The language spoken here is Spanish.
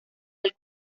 del